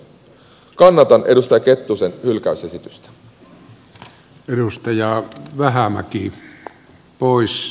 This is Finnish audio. kannatan edustaja kettusen hylkäysesitystä